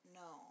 no